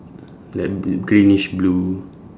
then bl~ greenish blue